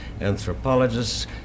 anthropologists